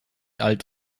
alt